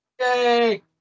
Yay